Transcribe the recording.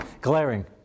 glaring